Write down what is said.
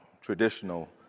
traditional